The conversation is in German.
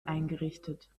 eingerichtet